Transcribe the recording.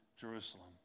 Jerusalem